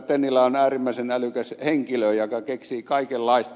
tennilä on äärimmäisen älykäs henkilö joka keksii kaikenlaista